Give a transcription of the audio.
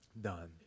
done